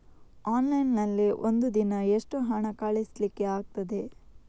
Online ನಲ್ಲಿ ಒಂದು ದಿನ ಎಷ್ಟು ಹಣ ಕಳಿಸ್ಲಿಕ್ಕೆ ಆಗ್ತದೆ?